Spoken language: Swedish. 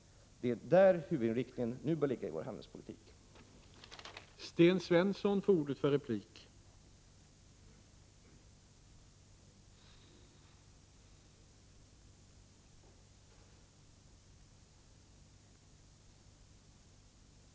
Det är där huvudinriktningen i vår handelspolitik nu bör ligga.